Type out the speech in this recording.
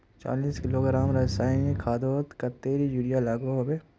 चालीस किलोग्राम रासायनिक खादोत कतेरी यूरिया लागोहो होबे?